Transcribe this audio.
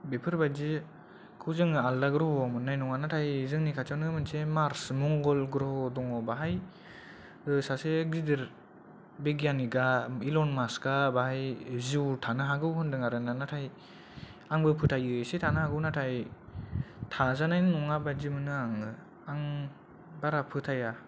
बेफोर बादि खौ जों आलादा ग्रह'वाव मोननाय नङा नाथाय जोंनि खाथिआवनो मोनसे मार्स मंगल ग्रह दङ बाहाय सासे गिदिर बिगियानिक आ इलन मास्क आ बाहाय जिउ थानो हागौ होनदों आरोना नाथाय आंबो फोथायो एसे थानो हागौ नाथाय थाजानाय नङा बादि मोनो आङो आं बारा फोथाया